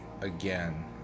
again